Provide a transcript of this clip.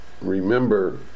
remember